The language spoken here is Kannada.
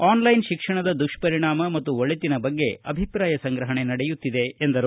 ಆನ್ಲೈನ್ ಶಿಕ್ಷಣದ ದುಪ್ಪರಿಣಾಮ ಮತ್ತು ಒಳಿತಿನ ಬಗ್ಗೆ ಅಭಿಪ್ರಾಯ ಸಂಗ್ರಹಣೆ ನಡೆಯುತ್ತಿದೆ ಎಂದರು